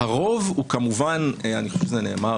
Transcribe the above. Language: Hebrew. הרוב הוא כמובן אני חושב שזה נאמר